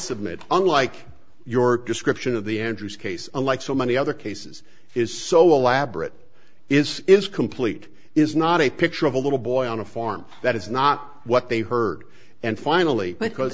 submit unlike york description of the andrews case like so many other cases is so elaborate is is complete is not a picture of a little boy on a farm that is not what they heard and finally because